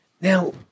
Now